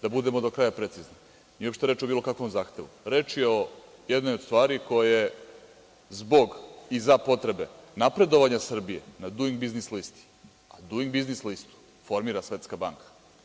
Da budemo do kraja precizni, nije uopšte reč o bilo kakvom zahtevu, reč je o jednoj od stvari koje zbog i za potrebe napredovanja Srbije na „Duing biznis listi“, a „Duing biznis lista“ formira Svetska banka.